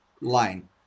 line